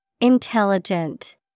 Intelligent